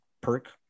perk